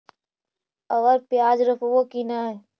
अबर प्याज रोप्बो की नय?